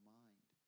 mind